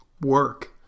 work